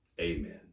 Amen